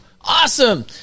Awesome